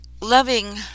Loving